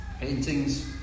paintings